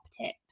tips